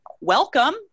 welcome